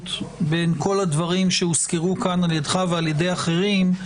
עדיפות בין כל הדברים שהוזכרו על-ידך ועל ידי אחרים,